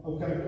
Okay